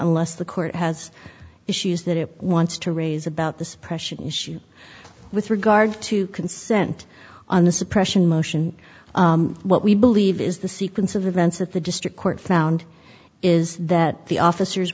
unless the court has issues that it wants to raise about the suppression issue with regard to consent on the suppression motion what we believe is the sequence of events that the district court found is that the officers